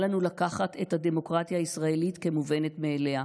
אל לנו לקחת את הדמוקרטיה הישראלית כמובנת מאליה.